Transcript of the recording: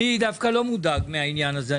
אני דווקא לא מודאג מהעניין הזה.